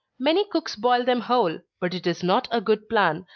many cooks boil them whole, but it is not a good plan,